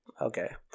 Okay